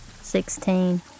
Sixteen